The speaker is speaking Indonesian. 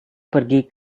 pergi